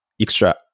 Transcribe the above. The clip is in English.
extra